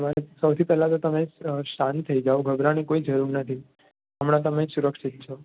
તમે સૌથી પહેલાં તો તમે શાંત થઈ જાઓ ગભરાવાની કોઈ જરૂર નથી હમણાં તમે સુરક્ષિત છો